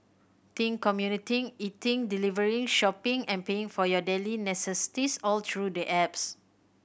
think commuting eating delivering shopping and paying for your daily necessities all through the apps